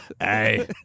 Hey